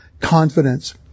confidence